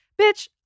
Bitch